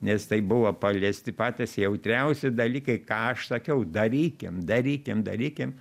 nes tai buvo paliesti patys jautriausi dalykai ką aš sakiau darykim darykim darykim